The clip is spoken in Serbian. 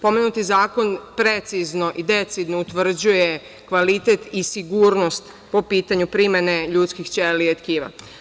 Pomenuti zakon precizno i decidno utvrđuje kvalitet i sigurnost po pitanju primene ljudskih ćelija i tkiva.